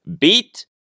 beat